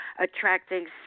attracting